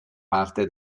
parte